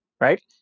right